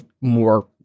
more